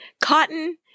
Cotton